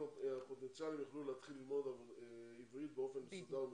הפוטנציאליים יוכלו ללמוד עברית באופן מסודר ומקצועי.